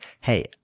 hey